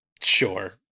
Sure